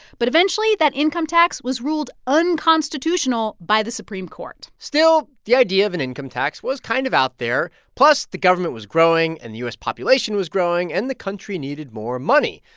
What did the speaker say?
but eventually, that income tax was ruled unconstitutional by the supreme court still, the idea of an and income tax was kind of out there. plus, the government was growing, and the u s. population was growing. and the country needed more money,